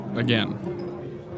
Again